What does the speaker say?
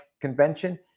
convention